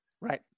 Right